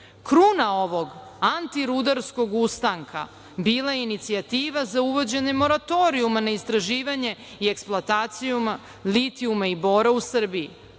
Kruna ovog antirudarskog ustanka bila je inicijativa za uvođenje moratorijuma na istraživanje i eksploataciju litijuma i bora u Srbiji.